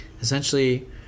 essentially